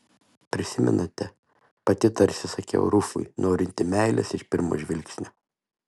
prisimenate pati tarsi sakiau rufui norinti meilės iš pirmo žvilgsnio